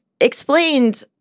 explained